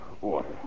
Water